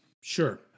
Sure